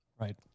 Right